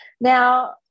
Now